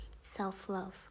self-love